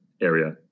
area